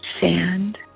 sand